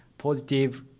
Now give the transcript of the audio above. Positive